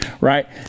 right